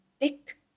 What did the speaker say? Thick